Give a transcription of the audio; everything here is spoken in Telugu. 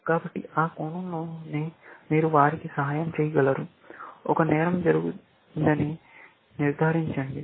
కాబట్టి ఆ కోణంలోనే మీరు వారికి సహాయం చేయగలరు ఒక నేరం జరిగిందని నిర్ధారించండి